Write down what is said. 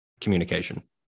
communication